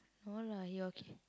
no lah he okay